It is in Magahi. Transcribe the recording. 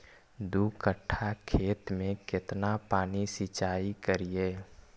दू कट्ठा खेत में केतना पानी सीचाई करिए?